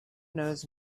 knows